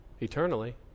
Eternally